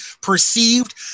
perceived